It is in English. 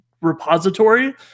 repository